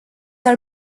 are